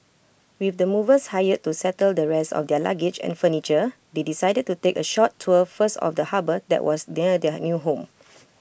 with the movers hired to settle the rest of their luggage and furniture they decided to take A short tour first of the harbour that was near their new home